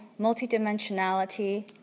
multidimensionality